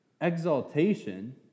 exaltation